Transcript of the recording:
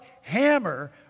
hammer